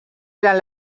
eren